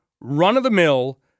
Run-of-the-mill